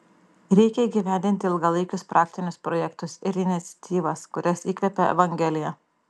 reikia įgyvendinti ilgalaikius praktinius projektus ir iniciatyvas kurias įkvepia evangelija